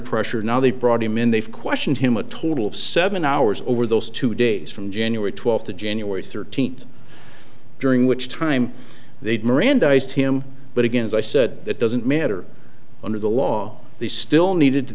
pressure now they brought him in they've questioned him a total of seven hours over those two days from january twelfth to january thirteenth during which time they'd mirandized him but again as i said that doesn't matter under the law they still needed